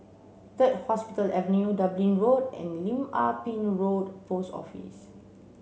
Third Hospital Avenue Dublin Road and Lim Ah Pin Road Post Office